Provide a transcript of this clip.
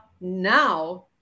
now